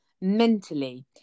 mentally